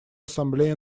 ассамблея